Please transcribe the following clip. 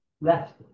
left